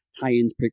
tie-ins